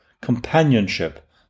companionship